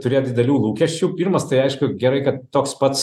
turėt didelių lūkesčių pirmas tai aišku gerai kad toks pats